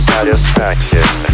Satisfaction